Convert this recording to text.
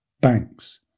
banks